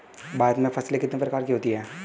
भारत में फसलें कितने प्रकार की होती हैं?